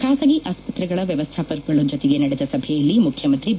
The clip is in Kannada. ಖಾಸಗಿ ಆಸ್ಸತ್ರೆಗಳ ವ್ಯವಸ್ಥಾಪಕರುಗಳ ಜೊತೆಗೆ ನಡೆದ ಸಭೆಯಲ್ಲಿ ಮುಖ್ಯಮಂತ್ರಿ ಬಿ